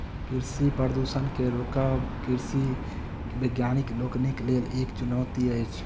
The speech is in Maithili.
कृषि प्रदूषण के रोकब कृषि वैज्ञानिक लोकनिक लेल एक चुनौती अछि